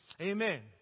amen